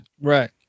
Right